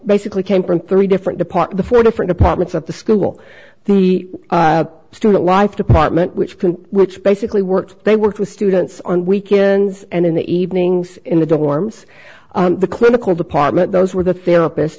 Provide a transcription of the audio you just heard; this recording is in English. basically came from three different part of the four different departments of the school the student life department which which basically worked they worked with students on weekends and in the evenings in the dorms the clinical department those were the therapist